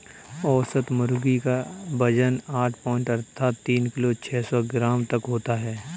औसत मुर्गी क वजन आठ पाउण्ड अर्थात तीन किलो छः सौ ग्राम तक होता है